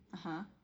(uh huh)